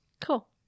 cool